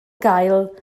gael